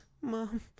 Mom